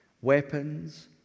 weapons